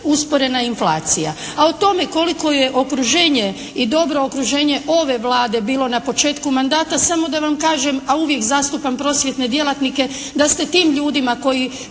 usporedna je inflacija, a o tome koliko je okruženje i dobro okruženje ove Vlade bilo na početku mandata samo da vam kažem, a uvijek zastupam prosvjetne djelatnike da ste tim ljudima koji